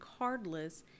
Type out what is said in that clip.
cardless